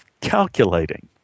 calculating